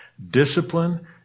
Discipline